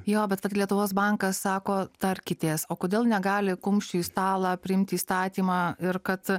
jo bet vat lietuvos bankas sako tarkitės o kodėl negali kumščiu į stalą priimt įstatymą ir kad